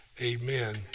amen